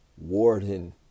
warden